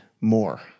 more